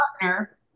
Partner